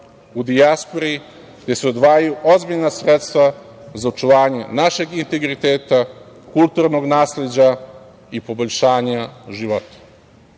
u dijaspori gde se odvajaju ozbiljna sredstva za očuvanje našeg integriteta, kulturnog nasleđa i poboljšanja života. Na